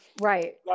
Right